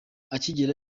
akigera